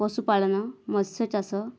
ପଶୁପାଳନ ମତ୍ସ୍ୟ ଚାଷ